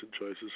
choices